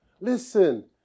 Listen